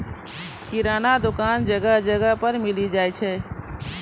किराना दुकान जगह जगह पर मिली जाय छै